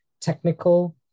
technical